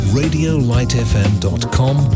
radiolightfm.com